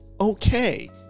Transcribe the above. okay